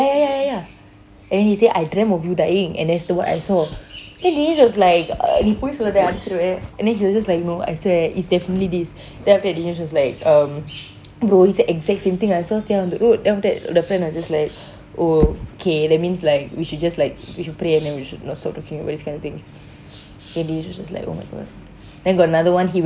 ya ya ya ya and then he said I dreamt of you dying and that's the what I saw then dinesh was like uh நீ பொய் சொல்லாத அடிச்சிடுவேன்:nee poy chollatha atichiruven then he was just like no I swear it's definitely this then after that dinesh was like um bro it's the exact same thing I saw sia on the road then after that the friend was just like oh okay that means like we should just like we should pray and then we should not talking about this kinda things then dinesh was just oh my gosh then got another one